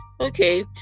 Okay